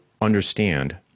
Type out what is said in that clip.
understand